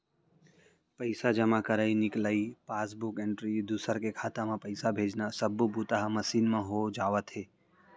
पइसा जमा करई, निकलई, पासबूक एंटरी, दूसर के खाता म पइसा भेजना सब्बो बूता ह मसीन म हो जावत हे